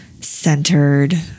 centered